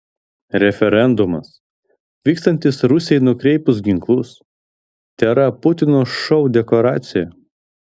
referendumas vykstantis rusijai nukreipus ginklus tėra putino šou dekoracija